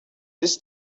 this